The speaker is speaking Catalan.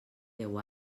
deu